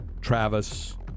Travis